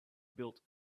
built